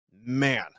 Man